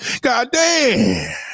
Goddamn